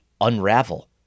unravel